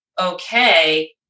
okay